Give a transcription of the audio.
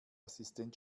assistent